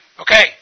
Okay